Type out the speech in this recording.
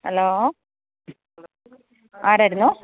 hello ആരായിരുന്നു